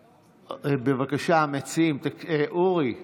בבקשה, המציעים, אורי לא,